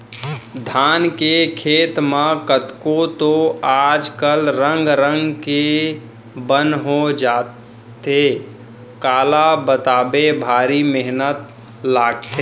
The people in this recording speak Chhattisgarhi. धान के खेत म कतको तो आज कल रंग रंग के बन हो जाथे काला बताबे भारी मेहनत लागथे